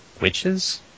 Witches